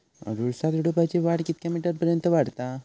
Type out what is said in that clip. अडुळसा झुडूपाची वाढ कितक्या मीटर पर्यंत वाढता?